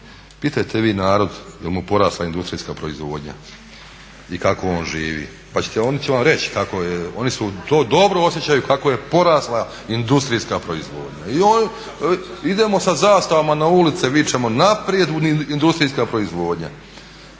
pitajte vi narod jel mu porasla industrijska proizvodnja i kako on živi, pa oni će vam reći, oni to dobro osjećaju kako je porasla industrijska proizvodnja. I idemo sa zastavama na ulice i vičemo naprijed industrijska proizvodnja.